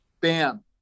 bam